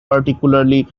particularly